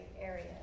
area